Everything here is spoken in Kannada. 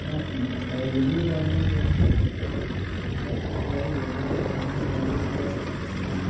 ಮತ್ತು ಮೊಬೈಲ್ ಬಿ ಡ್ಯಾಮೇಜದ ಆಯಿತು ಸರಿ ಎಲ್ಲರ ಡ್ಯಾಮೇಜ್ ಆಗಿರ್ಬೋದೇನೋ ಅಂತ